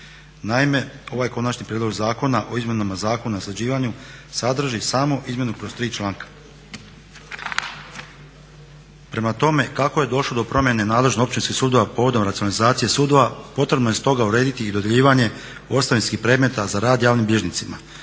Naime ovaj Konačni prijedlog Zakona o Izmjenama Zakona o usklađivanju sadrži samo izmjenu kroz tri članka. Prema tome, kako je došlo do promjene nadležnosti općinskih sudova povodom racionalizacije sudova potrebno je stoga urediti i dodjeljivanje ostavinskih predmeta za rad javnim bilježnicima